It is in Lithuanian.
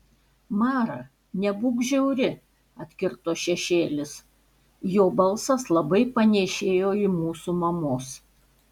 mara nebūk žiauri atkirto šešėlis jo balsas labai panėšėjo į mūsų mamos